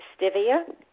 stevia